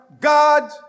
God